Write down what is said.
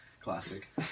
Classic